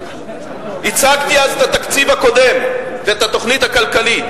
הצגתי אז את התקציב הקודם ואת התוכנית הכלכלית,